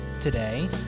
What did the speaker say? today